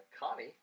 Connie